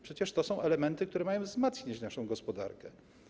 Przecież to są elementy, które mają wzmacniać naszą gospodarkę.